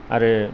आरो